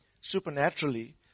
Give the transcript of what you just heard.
supernaturally